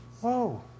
Whoa